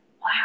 wow